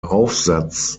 aufsatz